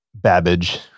Babbage